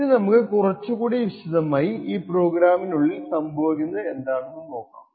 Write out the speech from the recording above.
ഇനി നമുക്ക് കുറച്ചുകൂടി വിശദമായി ഈ പ്രോഗ്രാമുകൾക്കുള്ളിൽ സംഭവിക്കുന്നത് എന്ന് നോക്കാം